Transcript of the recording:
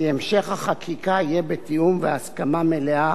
כי המשך החקיקה יהיה בתיאום והסכמה מלאה